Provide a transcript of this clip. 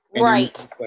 Right